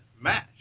match